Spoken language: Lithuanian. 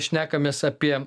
šnekamės apie